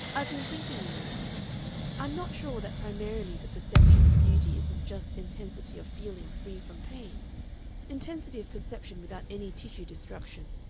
i've been thinking, you know i'm not sure that primarily the perception of beauty isn't just intensity of feeling free from pain intensity of perception without any tissue destruction.